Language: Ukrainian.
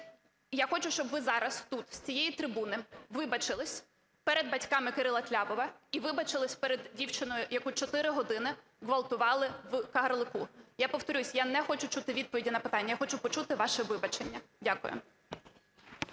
Я хочу щоб ви зараз тут з цієї трибуни вибачились перед батьками Кирила Тлявова і вибачились перед дівчиною, яку 4 години ґвалтували в Кагарлику. Я повторюсь, я не хочу чути відповіді на питання, я хочу почути ваші вибачення. Дякую.